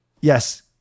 yes